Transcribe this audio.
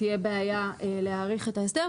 תהיה בעיה להאריך את ההסדר,